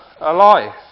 alive